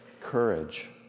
courage